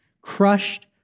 crushed